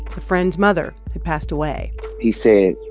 a friend's mother had passed away he said,